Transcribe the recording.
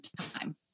time